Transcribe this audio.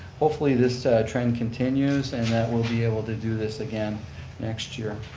hopefully this trend continues and that we'll be able to do this again next year.